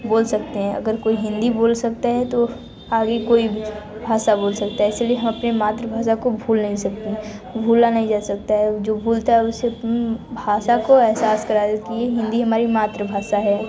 बोल सकते हैं अगर कोई हिंदी बोल सकता है तो आगे कोई भाषा बोल सकता है इसलिए हम अपने मातृभाषा को भूल नहीं सकते हैं भूला नहीं जा सकता है जो भूलता है उसे भाषा को एहसास कराए कि हिंदी हमारी मातृभाषा है